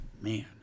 Man